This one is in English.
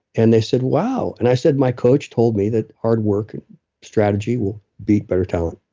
and they said, wow. and i said, my coach told me that hard work and strategy will beat better talent.